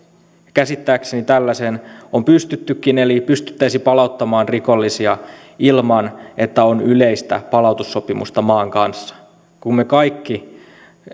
käsittääkseni tällaiseen on pystyttykin eli pystyttäisiin palauttamaan rikollisia ilman että on yleistä palautussopimusta maan kanssa me kaikki